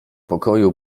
pokoju